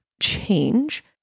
change